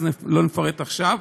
לא נפרט עכשיו.